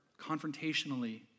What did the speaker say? confrontationally